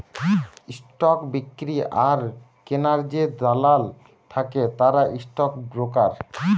stock বিক্রি আর কিনার যে দালাল থাকে তারা স্টক ব্রোকার